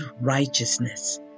righteousness